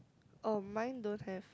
oh mine don't have